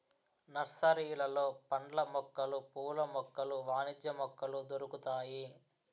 నర్సరీలలో పండ్ల మొక్కలు పూల మొక్కలు వాణిజ్య మొక్కలు దొరుకుతాయి